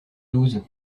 douze